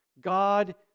God